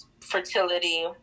fertility